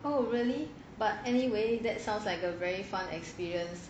oh really but anyway that sounds like a very fun experience